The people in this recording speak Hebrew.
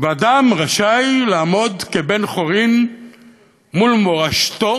ואדם רשאי לעמוד כבן-חורין מול מורשתו